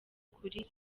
kuri